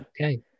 Okay